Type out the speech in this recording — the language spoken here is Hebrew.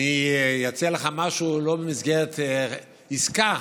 אציע לך משהו, לא במסגרת עסקה,